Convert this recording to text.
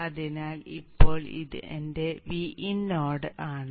അതിനാൽ ഇപ്പോൾ ഇത് എന്റെ Vin നോഡ് ആണ്